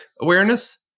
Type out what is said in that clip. awareness